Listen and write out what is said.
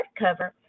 hardcover